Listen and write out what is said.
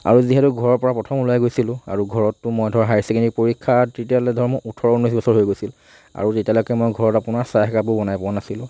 আৰু যিহেতু ঘৰৰ পৰা প্ৰথম ওলাই গৈছিলোঁ আৰু ঘৰতটো মই ধৰ হায়াৰ ছেকেণ্ডাৰী পৰীক্ষা তেতিয়ালৈ মোৰ ধৰ ওঠৰ ঊনৈছ বছৰ হৈ গৈছিল আৰু তেতিয়ালৈকে মই ঘৰত আপোনাৰ চাহ একাপো বনাই পোৱা নাছিলোঁ